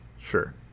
Sure